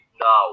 now